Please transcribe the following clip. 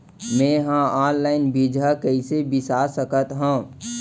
मे हा अनलाइन बीजहा कईसे बीसा सकत हाव